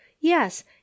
Yes